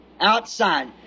Outside